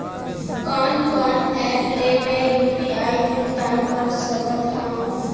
कोन कोन एप ले मैं यू.पी.आई भुगतान कर सकत हओं?